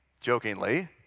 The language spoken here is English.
jokingly